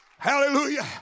Hallelujah